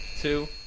two